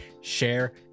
share